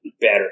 better